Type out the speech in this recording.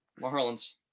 Marlins